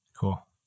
Cool